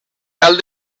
cal